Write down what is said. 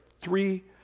Three